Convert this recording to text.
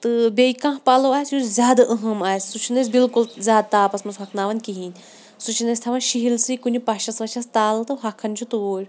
تہٕ بیٚیہِ کانٛہہ پَلَو آسہِ یُس زیادٕ أہَم آسہِ سُہ چھِنہٕ أسۍ بِلکُل زیادٕ تاپَس مَنٛز ہۄکھناوان کِہیٖنۍ سُہ چھِ أسۍ تھاوان شِہِلسٕے کُنہِ پَشَس وَشَس تَل تہٕ ہۄکھان چھُ توٗرۍ